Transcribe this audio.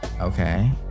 Okay